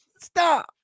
Stop